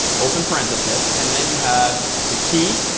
open parenthesis and then you have the key,